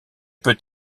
peut